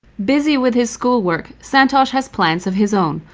busy with his school work, santhosh has plans of his own,